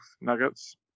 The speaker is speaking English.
Nuggets